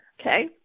okay